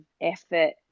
effort